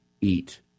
eat